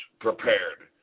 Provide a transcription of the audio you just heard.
prepared